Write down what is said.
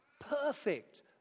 Perfect